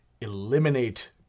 eliminate